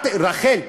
רחל,